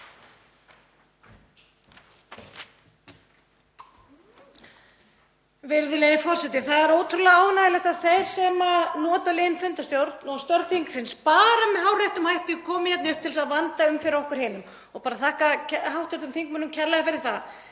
Virðulegi forseti. Það er ótrúlega ánægjulegt að þeir sem nota liðinn fundarstjórn og störf þingsins bara með hárréttum hætti komi hérna upp til að vanda um fyrir okkur hinum. Ég þakka hv. þingmönnum kærlega fyrir það.